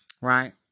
Right